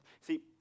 see